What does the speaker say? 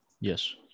Yes